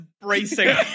bracing